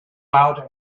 out